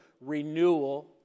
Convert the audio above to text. renewal